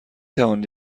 توانید